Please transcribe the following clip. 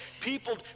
People